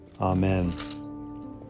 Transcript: Amen